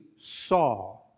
saw